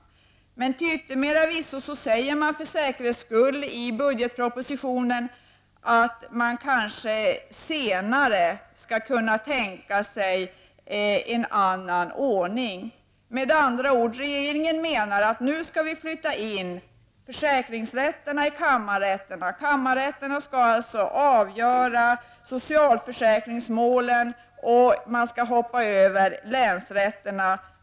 Till yttermera visso säger regeringen för säkerhets skull i budgetpropositionen att den senare kanske kan tänka sig en annan ordning. Med andra ord menar regeringen att den nu skall flytta in försäkringsrätterna i kammarrätterna. Kammarrätterna skall alltså avgöra socialförsäkringsmålen, och länsrätterna skall hoppas över.